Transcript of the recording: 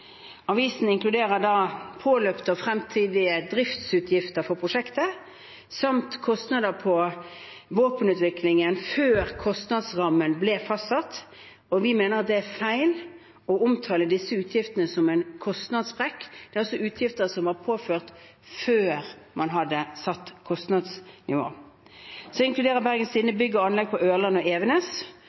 Avisen inkluderer da påløpte og fremtidige driftsutgifter for prosjektet samt kostnader for våpenutviklingen før kostnadsrammen ble fastsatt. Vi mener at det er feil å omtale disse utgiftene som en kostnadssprekk. Det er utgifter som var påført før man hadde fastsatt kostnadsnivå. Bergens Tidende inkluderer også bygg og anlegg på Ørland og Evenes.